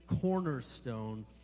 cornerstone